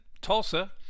Tulsa